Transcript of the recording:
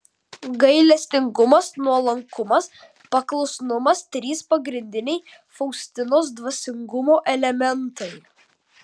gailestingumas nuolankumas paklusnumas trys pagrindiniai faustinos dvasingumo elementai